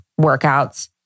workouts